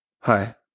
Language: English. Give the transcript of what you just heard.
Hi